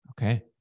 okay